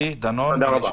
רבה.